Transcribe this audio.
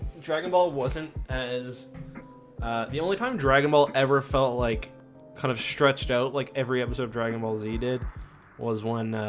dragon ball wasn't as the only time dragon ball ever felt like kind of stretched out like every episode of dragon ball z did was one